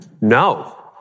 No